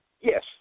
Yes